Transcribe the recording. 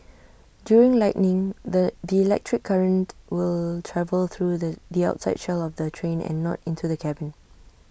during lightning the the electric current will travel through the the outside shell of the train and not into the cabin